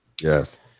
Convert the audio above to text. Yes